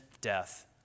death